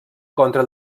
contra